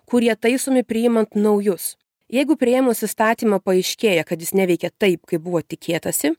kurie taisomi priimant naujus jeigu priėmus įstatymą paaiškėja kad jis neveikia taip kaip buvo tikėtasi